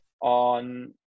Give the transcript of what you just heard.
on